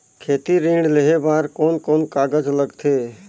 खेती ऋण लेहे बार कोन कोन कागज लगथे?